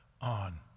on